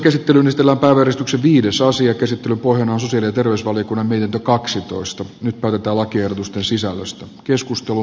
käsittelyn pohjana on sosiaali ja terveysvaliokunnan mietintö